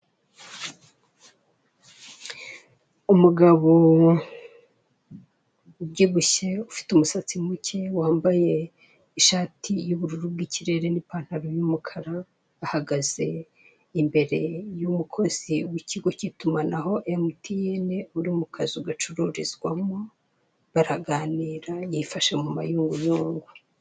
Umugabo ubyibushye ufite umusatsi muke, wambaye ishati y'ubururu bw'ikirere n'ipantaro y'umukara, ahagaze imbere y'umukozi w'ikigo cy'itumanaho MTN uri mu kazu gacururizwamo, baraganira yifashe mu mayunguyungu.